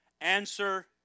Answer